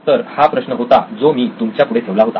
तर हा प्रश्न होता जो मी तुमच्यापुढे ठेवला होता